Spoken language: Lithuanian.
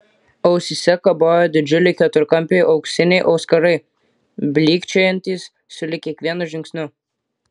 ausyse kabojo didžiuliai keturkampiai auksiniai auskarai blykčiojantys sulig kiekvienu žingsniu